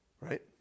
Right